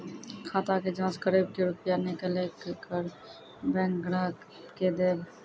खाता के जाँच करेब के रुपिया निकैलक करऽ बैंक ग्राहक के देब?